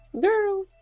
Girl